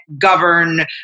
govern